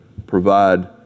provide